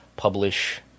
Publish